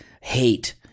hate